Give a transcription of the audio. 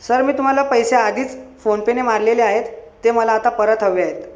sir मी तुम्हाला पैसे आधीच फोनपेने मारलेले आहेत ते मला आता परत हवे आहेत